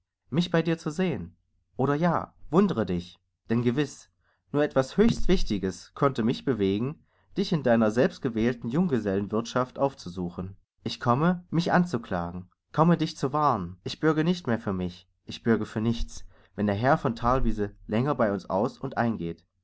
mich bei dir zu sehen oder ja wund're dich denn gewiß nur etwas höchst wichtiges konnte mich bewegen dich in deiner selbstgewählten junggesellenwirthschaft aufzusuchen ich komme mich anzuklagen komme dich zu warnen ich bürge nicht mehr für mich ich bürge für nichts wenn herr von thalwiese länger bei uns aus und eingeht